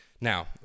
Now